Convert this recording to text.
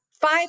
five